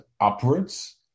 upwards